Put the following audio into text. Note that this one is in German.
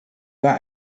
war